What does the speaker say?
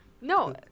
no